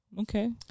Okay